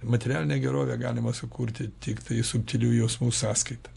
materialinę gerovę galima sukurti tiktai subtilių jausmų sąskaita